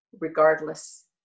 regardless